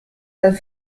dal